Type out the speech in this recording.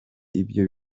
ibyo